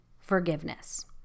forgiveness